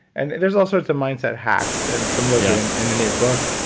and there's all sorts of mindset hacks and some of those are in in the new book,